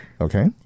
Okay